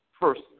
first